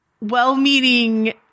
well-meaning